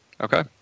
Okay